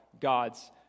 God's